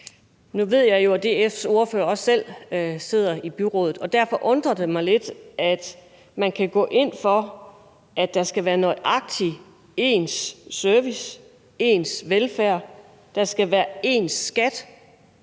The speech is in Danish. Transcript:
Nu ved jeg jo, at DF's ordfører også selv sidder i et byråd, og derfor undrer det mig lidt, at man kan gå ind for, at der skal være nøjagtig ens service, ens velfærd og ens skat.